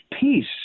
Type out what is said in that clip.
peace